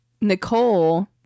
Nicole